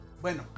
Bueno